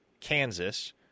Kansas